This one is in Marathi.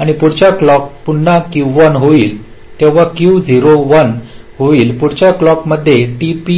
आणि पुढच्या क्लॉक त पुन्हा Q1 होईल तेव्हा Q 0 1 होईल पुढच्या क्लॉक मध्ये tp